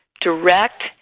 direct